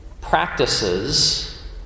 practices